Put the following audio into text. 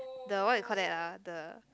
the what you call that ah the